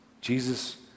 Jesus